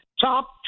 top